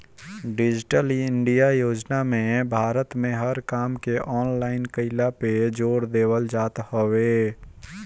digital India योजना में भारत में हर काम के ऑनलाइन कईला पे जोर देवल जात हवे